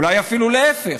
אולי אפילו להפך.